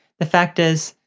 the fact is,